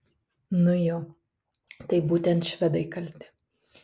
nu jo tai būtent švedai kalti